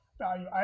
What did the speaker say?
value